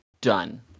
done